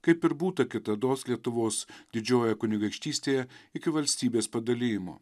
kaip ir būta kitados lietuvos didžiojoje kunigaikštystėje iki valstybės padalijimo